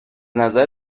نظر